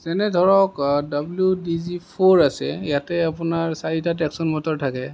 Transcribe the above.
যেনে ধৰক W D G four আছে ইয়াতে আপোনাৰ চাৰিটা টেকছন মটৰ থাকে